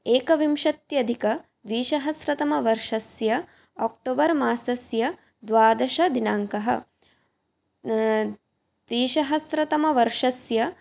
एकविंशत्यधिक द्विसहस्रतमवर्षस्य अक्टोबर् मासस्य द्वादशदिनाङ्कः द्विसहस्रतमवर्षस्य